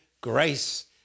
grace